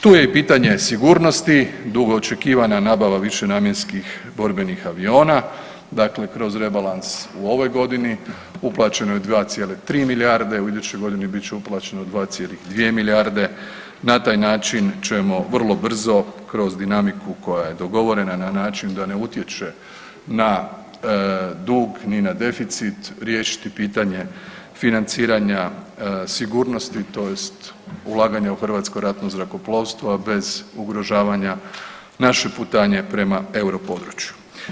Tu je i pitanje sigurnosti, dugoočekivana nabava višenamjenskih borbenih aviona, dakle kroz rebalans u ovoj godini uplaćeno je 2,3 milijarde, u idućoj godini bit će uplaćeno 2,2 milijarde, na taj način ćemo vrlo brzo kroz dinamiku koja je dogovorena na način da ne utječe na dug ni na deficit riješiti pitanje financiranja sigurnosti, tj. ulaganja u Hrvatsko ratno zrakoplovstvo bez ugrožavanja naše putanje prema Euro području.